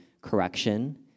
correction